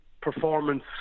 performance